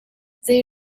zei